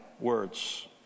words